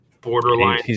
borderline